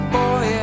boy